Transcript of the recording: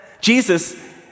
Jesus